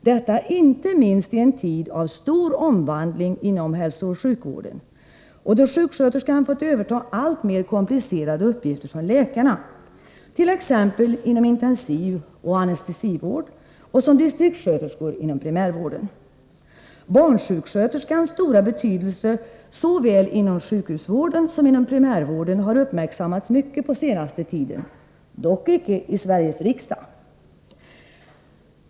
Detta inte minst i en tid av stor omvandling inom hälsooch sjukvården, då sjuksköterskan har fått överta alltmer komplicerade uppgifter från läkaren, t.ex. inom intensivoch anestesivård och såsom distriktssköterska inom primärvården. Barnsjuksköterskans stora betydelse såväl inom sjukhusvården som inom primärvården har uppmärksammats mycket på senaste tiden — dock inte i Sveriges riksdag.